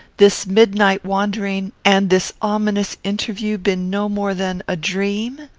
this midnight wandering, and this ominous interview, been no more than a dream?